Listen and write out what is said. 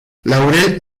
laurel